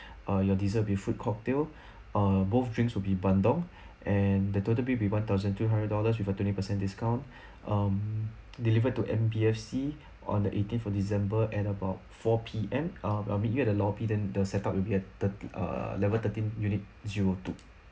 uh your dessert will be fruit cocktail uh both drinks will be bandung and the total bill will be one thousand two hundred dollars with a twenty percent discount um delivered to M_B_F_C on the eighteenth of december at about four P_M um I'll meet you at the lobby then the set up will be at uh level thirteen unit zero two